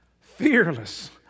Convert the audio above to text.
fearless